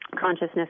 Consciousness